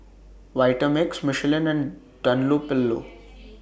Vitamix Michelin and Dunlopillo